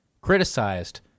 criticized